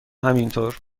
همینطور